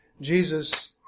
Jesus